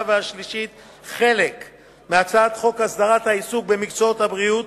והשלישית חלק מהצעת חוק הסדרת העיסוק במקצועות הבריאות